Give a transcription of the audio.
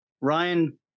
Ryan